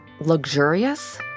Luxurious